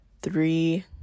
three